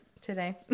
today